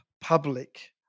public